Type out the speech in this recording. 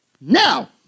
Now